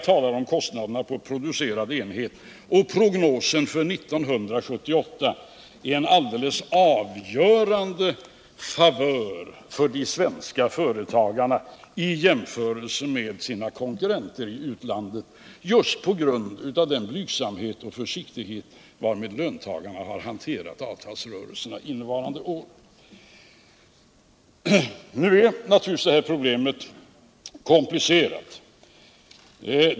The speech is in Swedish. Prognosen för 1978 visar en alldeles avgörande favör för de svenska företagarna framför deras konkurrenter i utlandet, just på grund av den blygsamhet och försiktighet, varmed löntagarna har hanterat avtalsrörelserna innevarande år. Nu är naturligtvis det här problemet komplicerat.